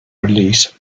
release